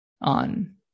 on